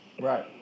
Right